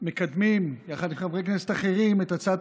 מקדמים יחד עם חברי כנסת אחרים את הצעת